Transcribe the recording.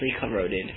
corroded